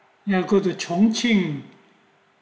you go to chong qing